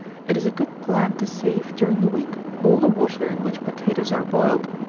it is a good plan to save, during the week, all the water in which potatoes are boiled.